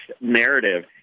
narrative